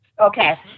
Okay